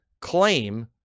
claim